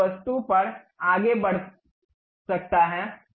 तो यह इस वस्तु पर आगे बढ़ सकता है